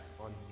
on